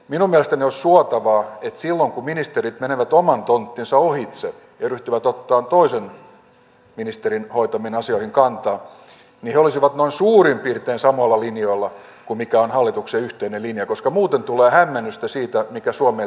minun mielestäni olisi suotavaa että silloin kun ministerit menevät oman tonttinsa ohitse ja ryhtyvät ottamaan toisen ministerin hoitamiin asioihin kantaa niin he olisivat noin suurin piirtein samoilla linjoilla kuin mikä on hallituksen yhteinen linja koska muuten tulee hämmennystä siitä mikä suomen linja on